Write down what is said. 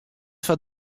foar